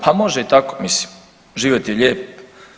Pa može i tako mislim, život je lijep.